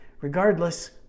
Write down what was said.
Regardless